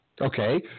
Okay